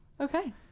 Okay